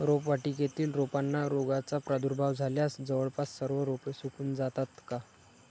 रोपवाटिकेतील रोपांना रोगाचा प्रादुर्भाव झाल्यास जवळपास सर्व रोपे सुकून जातात का?